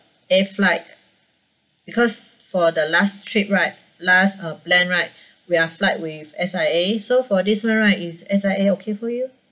air flight because for the last trip right last uh plan right we are flight with S_I_A so for this one right is S_I_A okay for you